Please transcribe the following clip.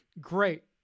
great